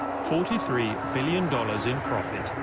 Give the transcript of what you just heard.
forty three billion dollars in profit.